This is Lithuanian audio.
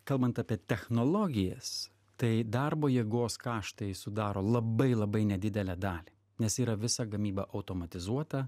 kalbant apie technologijas tai darbo jėgos kaštai sudaro labai labai nedidelę dalį nes yra visa gamyba automatizuota